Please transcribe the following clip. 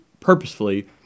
purposefully